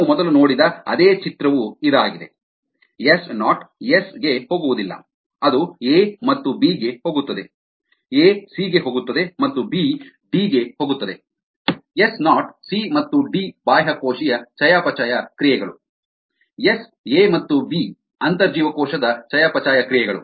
ನಾವು ಮೊದಲು ನೋಡಿದ ಅದೇ ಚಿತ್ರವು ಇದಾಗಿದೆ ಎಸ್ ನಾಟ್ ಎಸ್ ಗೆ ಹೋಗುವುದಿಲ್ಲ ಅದು ಎ ಮತ್ತು ಬಿ ಗೆ ಹೋಗುತ್ತದೆ ಎ ಸಿ ಗೆ ಹೋಗುತ್ತದೆ ಮತ್ತು ಬಿ ಡಿ ಗೆ ಹೋಗುತ್ತದೆ ಎಸ್ ನಾಟ್ ಸಿ ಮತ್ತು ಡಿ ಬಾಹ್ಯಕೋಶೀಯ ಚಯಾಪಚಯ ಕ್ರಿಯೆಗಳು ಎಸ್ ಎ ಮತ್ತು ಬಿ ಅಂತರ್ಜೀವಕೋಶದ ಚಯಾಪಚಯ ಕ್ರಿಯೆಗಳು